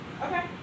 Okay